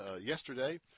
yesterday